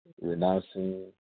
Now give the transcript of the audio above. renouncing